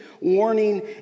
warning